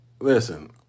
listen